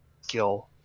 skill